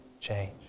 change